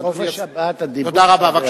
חופש הדיבור קובע.